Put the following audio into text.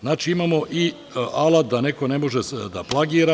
Znači, imamo i alat da neko ne može da plagira.